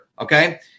Okay